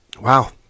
Wow